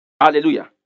Hallelujah